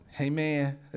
Amen